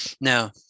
Now